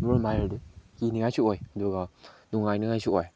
ꯑꯃꯔꯣꯝꯗ ꯍꯥꯏꯔꯗꯤ ꯀꯤꯅꯤꯡꯉꯥꯏꯁꯨ ꯑꯣꯏ ꯑꯗꯨꯒ ꯅꯨꯡꯉꯥꯏꯅꯤꯡꯉꯥꯏꯁꯨ ꯑꯣꯏ